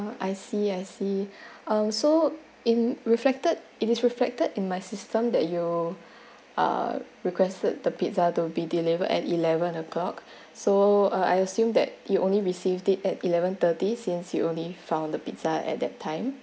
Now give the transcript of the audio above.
I see I see uh so in reflected it is reflected in my system that you uh requested the pizza to be delivered at eleven o'clock so I assume that you only received it at eleven thirty since you only found the pizza at that time